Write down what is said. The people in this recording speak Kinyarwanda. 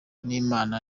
n’imana